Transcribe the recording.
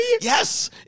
Yes